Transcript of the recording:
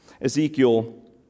Ezekiel